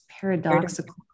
paradoxical